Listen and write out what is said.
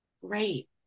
great